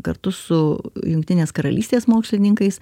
kartu su jungtinės karalystės mokslininkais